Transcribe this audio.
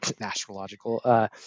astrological